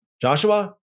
Joshua